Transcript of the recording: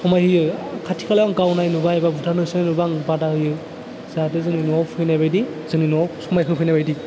समायहोयो खाथि खालायाव आं गावनाय नुबाय एबा बुथारनो होसोनाय नुबा आं बादा होयो जाहाते जोंनि न'आव फैनाय बायदि जोंनि न'आव समायहोफैनाय बायदि